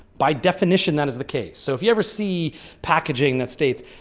by definition, that is the case. so if you ever see packaging that states,